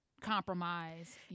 compromise